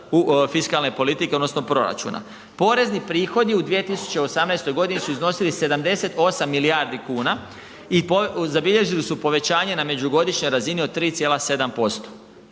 fiskalne politike odnosno proračuna. Porezni prihodi u 2018.g. su iznosili 78 milijardi kuna i zabilježili su povećanje na međugodišnjoj razini od 3,7%.